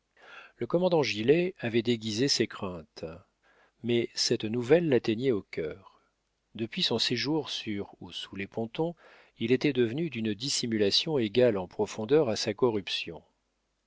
le commandant gilet avait déguisé ses craintes mais cette nouvelle l'atteignait au cœur depuis son séjour sur ou sous les pontons il était devenu d'une dissimulation égale en profondeur à sa corruption